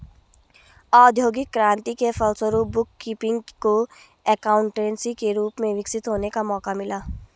औद्योगिक क्रांति के फलस्वरूप बुक कीपिंग को एकाउंटेंसी के रूप में विकसित होने का मौका मिला